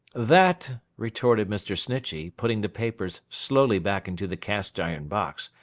that, retorted mr. snitchey, putting the papers slowly back into the cast-iron box,